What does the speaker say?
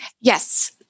Yes